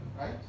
right